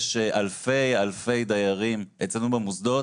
יש אלפי אלפי דיירים אצלנו במוסדות,